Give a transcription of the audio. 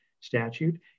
statute